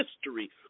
history